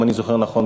אם אני זוכר נכון,